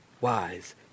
wise